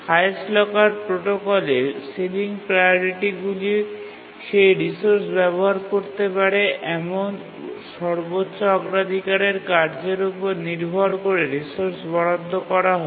highest locker প্রোটোকলে ceiling priority গুলি সেই রিসোর্স ব্যবহার করতে পারে এমন সর্বোচ্চ অগ্রাধিকারের কার্যের উপর নির্ভর করে রিসোর্স বরাদ্দ করা হয়